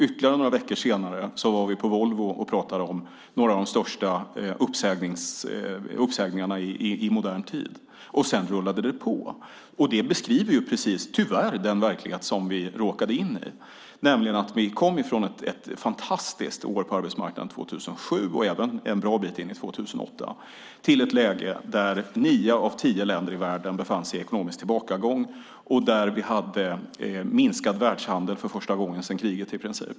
Ytterligare några veckor senare var vi på Volvo och talade om några av de största uppsägningarna i modern tid, och så rullade det på. Det beskriver tyvärr den verklighet som vi råkade in i. Vi kom från ett fantastiskt år på arbetsmarknaden 2007 och en bra bit in i 2008 till ett läge där nio av tio länder befann sig i ekonomisk tillbakagång och där vi hade minskad världshandel i princip för första gången sedan kriget.